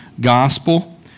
gospel